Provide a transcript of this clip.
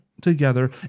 together